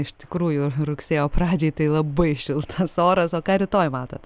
iš tikrųjų rugsėjo pradžiai tai labai šiltas oras o ką rytoj matot